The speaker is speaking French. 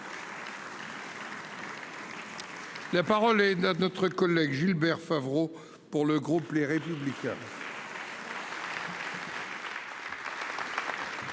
La parole est à notre collègue Daniel crémier pour le groupe Les Républicains.